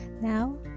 Now